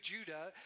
Judah